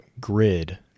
grid